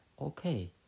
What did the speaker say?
Okay